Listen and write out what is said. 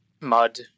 mud